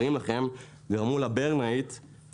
שזה הסכום אותו חברות מוציאות בחודש בכדי להתקיים,